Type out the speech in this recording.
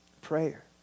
Prayer